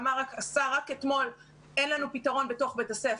השר אמר רק אתמול שאין לנו פתרון בתוך בית הספר.